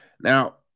Now